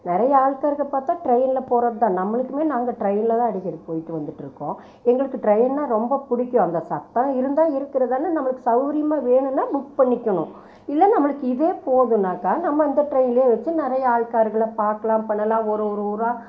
நிறைய ஆள்காருக பார்த்தா ட்ரெயினில் போகிறதுத்தான் நம்மளுக்குமே நாங்கள் ட்ரெயினில் தான் அடிக்கடி போயிட்டு வந்துட்டுருக்கோம் எங்களுக்கு ட்ரெயின்னால் ரொம்ப பிடிக்கும் அந்த சத்தம் இருந்தால் இருக்கிறதால நம்மளுக்கு சௌரியமாக வேணும்னா புக் பண்ணிக்கனும் இல்லை நம்மளுக்கு இதே போதுன்னாக்கா நம்ம இந்த ட்ரெயின்லே வெச்சு நிறைய ஆள்காருகல பார்க்கலாம் பண்ணலாம் ஒரு ஒரு ஊராக